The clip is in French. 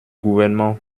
gouvernement